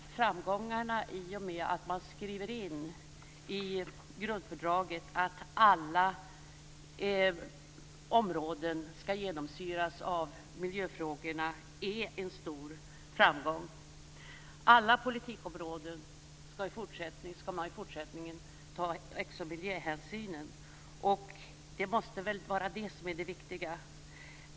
Vi anser att det faktum att man skriver in i grundfördraget att alla områden skall genomsyras av miljöfrågorna är en stor framgång. På alla politikområden skall man i fortsättningen ta miljöhänsyn. Det måste vara det som är det viktiga.